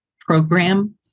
program